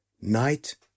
Night